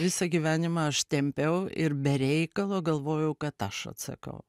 visą gyvenimą aš tempiau ir be reikalo galvojau kad aš atsakau